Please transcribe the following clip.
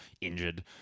injured